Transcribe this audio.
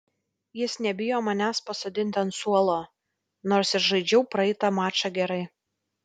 jis nebijo manęs pasodinti ant suolo nors ir žaidžiau praeitą mačą gerai